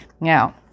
Now